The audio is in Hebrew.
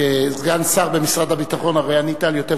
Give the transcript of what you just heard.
אני שנתיים